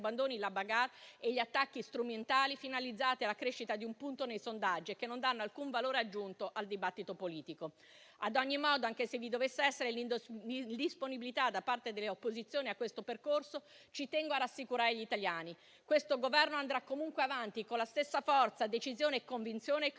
abbandonino la *bagarre* e gli attacchi strumentali finalizzati alla crescita di un punto nei sondaggi, che non danno alcun valore aggiunto al dibattito politico. Ad ogni modo, anche se vi dovesse essere l'indisponibilità da parte delle opposizioni a questo percorso, ci tengo a rassicurare gli italiani. Questo Governo andrà comunque avanti con la stessa forza, decisione e convinzione che lo